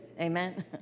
amen